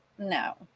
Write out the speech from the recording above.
No